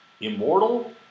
Immortal